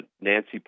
Nancy